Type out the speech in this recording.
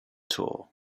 tour